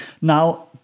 Now